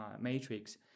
matrix